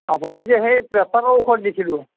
আপোনাক যে সেই প্ৰেচাৰৰ ঔষধ দিছিলোঁ